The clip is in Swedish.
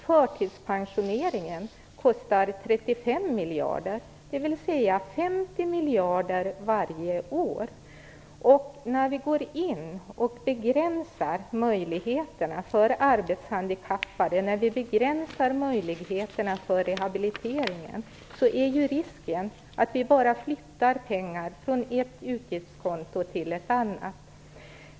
Förtidspensioneringen kostar 35 miljarder kronor per år - dvs. 50 miljarder årligen. När vi begränsar möjligheterna för arbetshandikappade och för rehabilitering finns risken att vi bara flyttar pengar från ett utgiftskonto till ett annat.